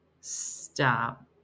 Stop